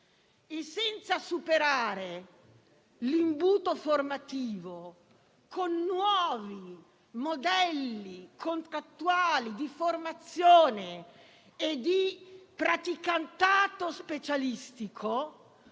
e senza superare l'imbuto formativo con i nuovi modelli contrattuali di formazione e di praticantato specialistico,